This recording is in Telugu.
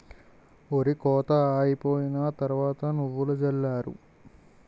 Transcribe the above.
ఒరి కోత అయిపోయిన తరవాత నువ్వులు జల్లారు